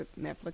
Netflix